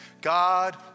God